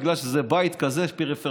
בגלל שזה בית פריפריאלי,